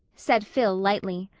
said phil lightly.